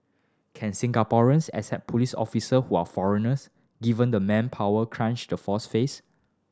can Singaporeans accept police officer who are foreigners given the manpower crunch the force face